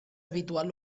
habitual